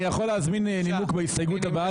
אני יכול להזמין נימוק בהסתייגות הבאה,